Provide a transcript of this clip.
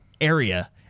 area